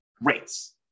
rates